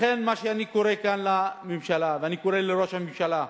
לכן אני קורא כאן לממשלה, ולראש הממשלה,